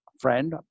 friend